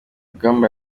rugamba